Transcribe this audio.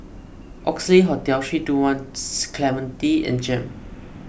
Oxley Hotel three two one Clementi and Jem